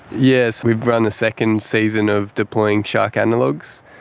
yes, we've run a second season of deploying shark analogues.